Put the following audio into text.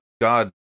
God